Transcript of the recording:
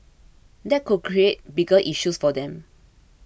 that could create bigger issues for them